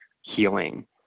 healing